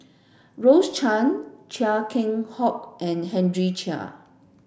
Rose Chan Chia Keng Hock and Henry Chia